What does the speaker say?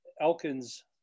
Elkins